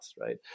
right